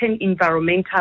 environmental